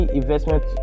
investment